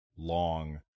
Long